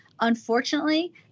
unfortunately